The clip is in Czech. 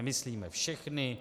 Myslíme všechny?